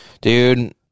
Dude